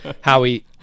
Howie